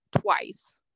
twice